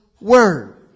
word